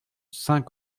saint